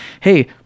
hey